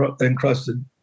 encrusted